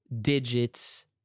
digits